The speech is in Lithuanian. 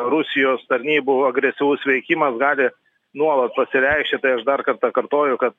rusijos tarnybų agresyvus veikimas gali nuolat pasireikšti tai aš dar kartą kartoju kad